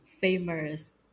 famous